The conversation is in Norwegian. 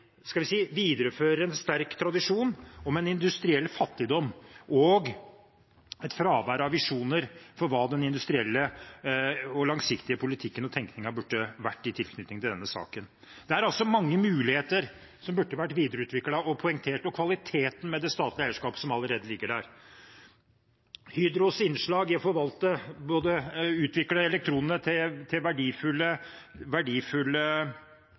skal vi si – viderefører en sterk tradisjon med en industriell fattigdom og et fravær av visjoner for hva den industrielle og langsiktige politikken og tenkningen burde vært i tilknytning til denne saken. Det er altså mange muligheter som burde vært videreutviklet og poengtert når det gjelder kvaliteten på det statlige eierskapet som allerede ligger der: Hydros innslag i å forvalte og utvikle elektronene til verdifulle